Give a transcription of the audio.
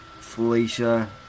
Felicia